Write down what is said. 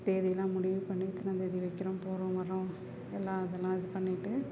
தேதியெல்லாம் முடிவு பண்ணி இத்தனாம்தேதி வைக்கறோம் போகிறோம் வர்றோம் எல்லாம் அதெல்லாம் இது பண்ணிவிட்டு